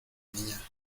niña